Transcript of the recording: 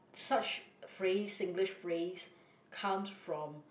such phrase Singlish phrase comes from